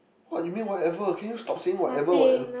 what you mean whatever can you stop saying whatever whatever